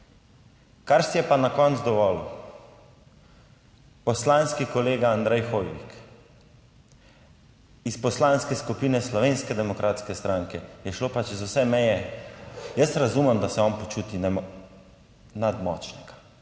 Kar si je pa na koncu dovolil poslanski kolega Andrej Hoivik iz Poslanske skupine Slovenske demokratske stranke, je šlo pa čez vse meje. Jaz razumem, da se on počuti nadmočnega,